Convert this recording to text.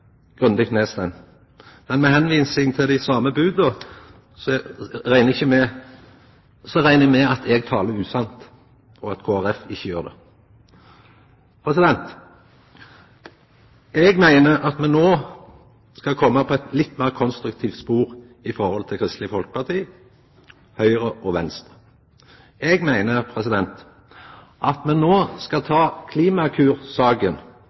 grundig nedstemt. Men for å visa til dei same ti boda reknar eg med at eg talar usant, og at Kristeleg Folkeparti ikkje gjer det. Eg meiner at me no må koma inn på eit litt meir konstruktivt spor når det gjeld Kristeleg Folkeparti, Høgre og Venstre. Eg meiner at me no skal